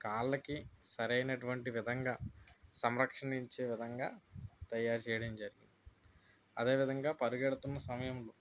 కాళ్ళకి సరైనటువంటి విధంగా సంరక్షించే విధంగా తయారు చేయడం జరిగింది అదేవిధంగా పరిగెడుతున్న సమయం